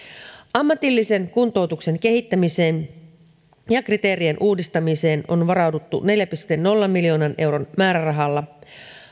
ammatillisen kuntoutuksen kehittämiseen ja kriteerien uudistamiseen on varauduttu neljä pilkku nolla miljoonan euron määrärahalla